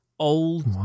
old